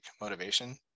motivation